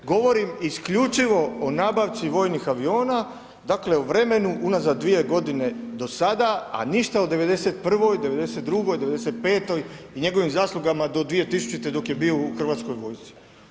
Govorim isključivo o nabavci vojnih aviona, dakle, o vremenu unazad dvije godine do sada, a ništa o 91.-oj, 92.-oj, 95.-oj i njegovim zaslugama do 2000.-te dok je bio u Hrvatskoj vojsci.